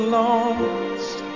lost